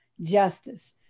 justice